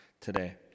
today